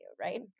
Right